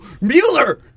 Mueller